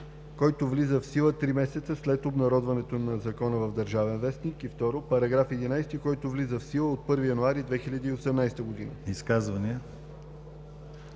които влизат в сила три месеца след обнародването на закона в „Държавен вестник“; 2. параграф 11, който влиза в сила от 1 януари 2018 г.“